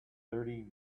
thirty